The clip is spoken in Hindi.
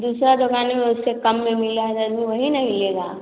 दूसरा दुकाने में उसके कम में मिला है वही नहीं लेगा